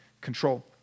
control